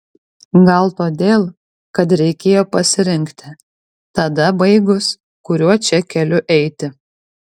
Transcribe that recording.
gal todėl kad reikėjo pasirinkti tada baigus kuriuo čia keliu eiti